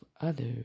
others